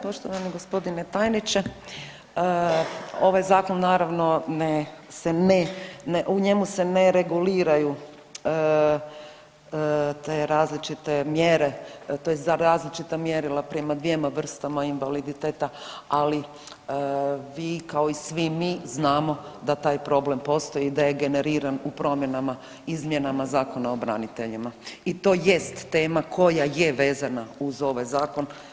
Poštovani g. tajniče, ovaj zakon naravno ne, se ne, ne, u njemu se ne reguliraju te različite mjere tj. za različita mjerila prema dvjema vrstama invaliditeta, ali vi kao i svi mi znamo da taj problem postoji i da je generiran u promjenama, izmjenama Zakona o braniteljima i to jest tema koja je vezana uz ovaj zakon.